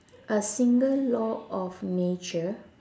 a single law of nature